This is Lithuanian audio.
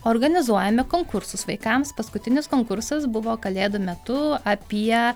organizuojame konkursus vaikams paskutinis konkursas buvo kalėdų metu apie